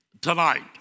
tonight